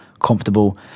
comfortable